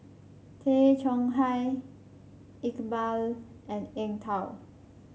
Tay Chong Hai Iqbal and Eng Tow